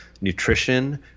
nutrition